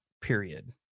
period